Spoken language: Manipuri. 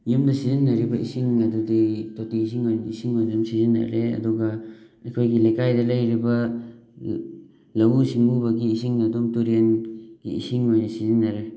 ꯌꯨꯝꯗ ꯁꯤꯖꯤꯟꯅꯔꯤꯕ ꯏꯁꯤꯡ ꯑꯗꯨꯗꯤ ꯇꯣꯇꯤ ꯏꯁꯤꯡ ꯑꯔꯨꯕ ꯏꯁꯤꯡ ꯑꯣꯏꯅ ꯑꯗꯨꯃ ꯁꯤꯖꯤꯟꯅꯔꯦ ꯑꯗꯨꯒ ꯑꯩꯈꯣꯏꯒꯤ ꯂꯩꯀꯥꯏꯗ ꯂꯩꯔꯤꯕ ꯂꯧꯎꯁꯤꯡꯎꯕꯒꯤ ꯏꯁꯤꯡ ꯑꯗꯨꯝ ꯇꯨꯔꯦꯟꯒꯤ ꯏꯁꯤꯡ ꯑꯣꯏꯅ ꯁꯤꯖꯤꯟꯅꯔꯦ